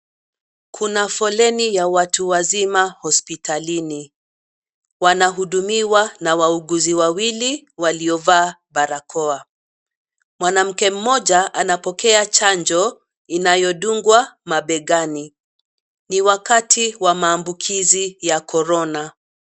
Kuna foleni ya watu wazima hospitalini, wanahudumiwa na wauguzi wawili waliovaa barakoa. Mwanamke mmoja anapokea chanjo inayodungwa mabegani ni wakati wa maambukizi ya korona.